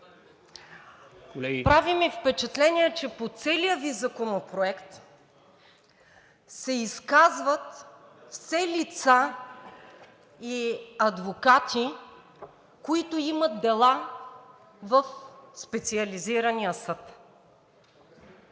Прави ми впечатление, че по целия Ви законопроект се изказват все лица и адвокати, които имат дела в Специализирания съд.